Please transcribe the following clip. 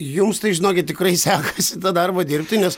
jums tai žinokit tikrai sekasi tą darbą dirbti nes